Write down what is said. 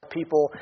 people